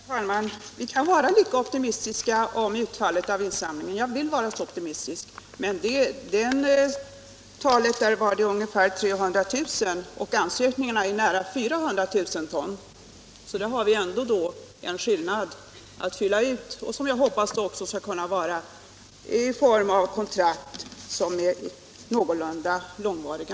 Herr talman! Vi kan vara lika optimistiska om utfallet av insamlingen, jag vill vara så optimistisk. Men det talades då om ungefär 300 000 ton och i ansökningarna fanns det ett behov av nära 400 000 ton. Där finns det ändå en skillnad att fylla ut, och jag hoppas att det kan ske genom utlandskontrakt som blir någorlunda långvariga.